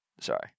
Sorry